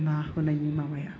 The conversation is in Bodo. ना होनायनि माबाया